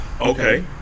Okay